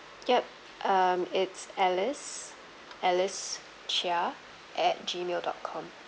yup um it's alice alice chia at G mail dot com